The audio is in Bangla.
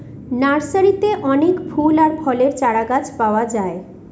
নার্সারিতে অনেক ফুল আর ফলের চারাগাছ পাওয়া যায়